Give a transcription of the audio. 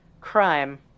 crime